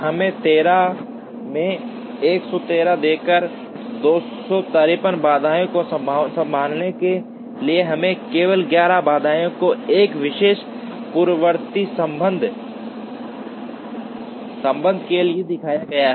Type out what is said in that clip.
हमें १३ में ११३ देकर १५३ बाधाओं को संभालने के लिए हमें केवल ११ बाधाओं को एक विशेष पूर्ववर्ती संबंध के लिए दिखाया गया है